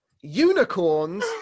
Unicorns